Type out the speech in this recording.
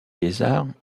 lézards